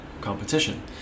competition